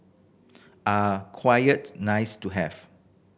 are quite nice to have